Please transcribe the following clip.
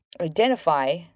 identify